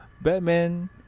Batman